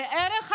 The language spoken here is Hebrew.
וערך השוויון,